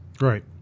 Right